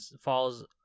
falls